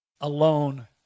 alone